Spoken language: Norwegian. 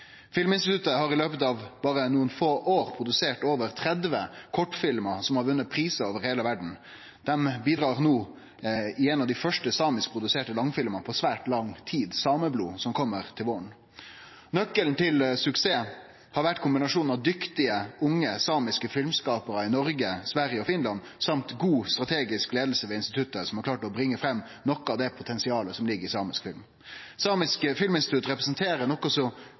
Filminstituttet har i løpet av berre nokre få år produsert over 30 kortfilmar som har vunne prisar over heile verda. Dei bidreg no i ein av dei første samiskproduserte langfilmane på svært lang tid – «Sameblod», som kjem til våren. Nøkkelen til suksess har vore kombinasjonen av dyktige, unge samiske filmskaparar i Noreg, Sverige og Finland, og god strategisk leiing ved instituttet, som har greidd å bringe fram noko av det potensialet som ligg i samisk film. Det samiske filminstituttet representerer noko så unikt som